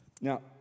Now